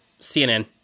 cnn